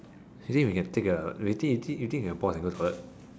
do you think we can take a do you think do you think do you think we can pause and go toilet